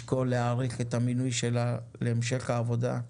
נשקול להאריך את המינוי שלה להמשך עבודה.